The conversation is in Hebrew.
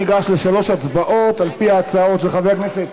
ניגש לשלוש הצבעות על-פי ההצעות של חברי הכנסת.